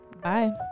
bye